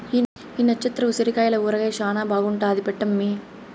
ఈ నచ్చత్ర ఉసిరికాయల ఊరగాయ శానా బాగుంటాది పెట్టమ్మీ